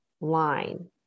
line